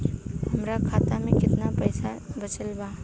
हमरा खाता मे केतना पईसा बचल बा?